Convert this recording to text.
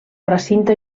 recinte